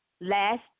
last